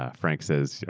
ah frank says, yeah